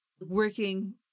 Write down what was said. working